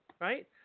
right